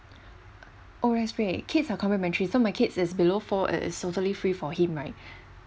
oh that's great kids are complimentary so my kids is below four it is totally free for him right